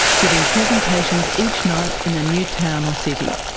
giving presentations each night in a new town or city.